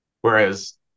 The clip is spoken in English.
whereas